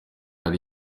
ari